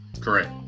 Correct